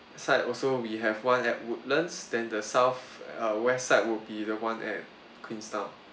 side also we have one at woodlands than the south err west side would be the one at queenstown